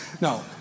No